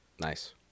Nice